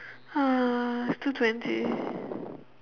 uh it's two twenty